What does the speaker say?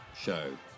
show